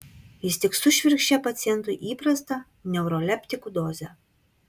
jis tik sušvirkščia pacientui įprastą neuroleptikų dozę